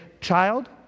Child